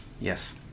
Yes